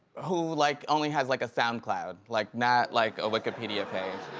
who like only has like a soundcloud, like not like a wikipedia page.